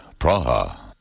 Praha